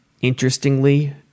Interestingly